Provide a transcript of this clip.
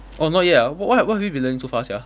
oh not yet ah what what have you been learning so far sia